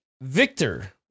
Victor